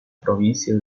provincia